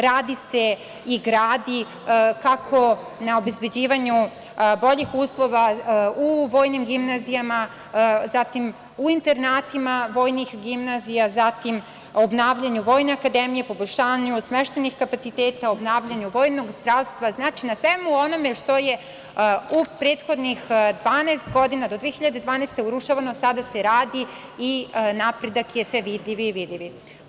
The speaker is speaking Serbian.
Radi se i gradi kako na obezbeđivanju boljih uslova u vojnim gimnazijama, u internatima vojnih gimnazijama, u obnavljanju Vojne akademije, poboljšanju smeštajnih kapaciteta, obnavljanju vojnog zdravstva, na svemu onome što je u prethodnih 12 godina, do 2012. godine urušavano, sada se radi i napredak je sve vidljiviji i vidljiviji.